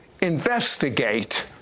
investigate